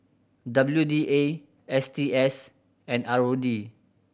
W D A S T S and R O D